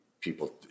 people